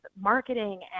marketing